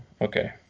Okay